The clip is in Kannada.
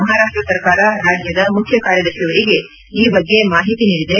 ಮಹಾರಾಪ್ಷ ಸರ್ಕಾರ ರಾಜ್ಯದ ಮುಖ್ಯಕಾರ್ಯದರ್ಶಿಯವರಿಗೆ ಈ ಬಗ್ಗೆ ಮಾಹಿತಿ ನೀಡಿದೆ